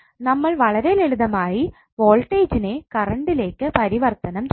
നമ്മൾ വളരെ ലളിതമായി വോൾട്ടജിനെ കറണ്ടിലേക് പരിവർത്തനം ചെയ്യും